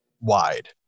wide